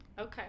Okay